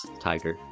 Tiger